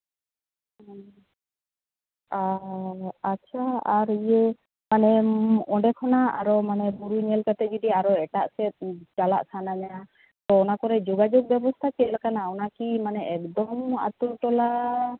ᱟᱪᱪᱷᱟ ᱟᱨ ᱤᱭᱟᱹ ᱟᱞᱮ ᱚᱸᱰᱮ ᱠᱷᱚᱱᱟᱜ ᱟᱨᱚ ᱢᱟᱱᱮ ᱵᱩᱨᱩ ᱧᱮᱞ ᱠᱟᱛᱮ ᱟᱨᱚ ᱮᱴᱟᱜ ᱥᱮᱫ ᱪᱟᱞᱟᱜ ᱥᱟᱱᱟᱞᱮᱭᱟ ᱛᱚ ᱚᱱᱟᱠᱚᱨᱮ ᱡᱳᱜᱟᱡᱳᱜᱽ ᱵᱮᱵᱚᱥᱛᱷᱟ ᱪᱮᱫ ᱞᱮᱠᱟᱱᱟ ᱢᱟᱱᱮ ᱟᱨᱠᱤ ᱮᱠᱫᱚᱢ ᱟᱛᱳᱴᱚᱞᱟ